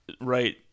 right